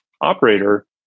operator